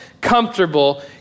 comfortable